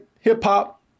hip-hop